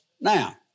Now